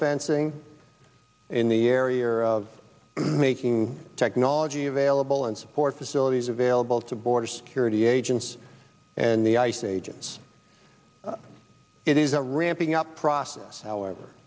fencing in the area of making technology available and facilities available to border security agents and the ice agents it is a ramping up process however